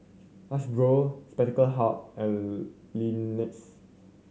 Hasbro Spectacle Hut and Lexus